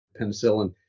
penicillin